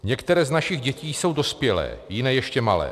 Některé z našich dětí jsou dospělé, jiné ještě malé.